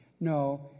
No